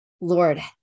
lord